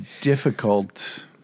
difficult